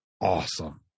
awesome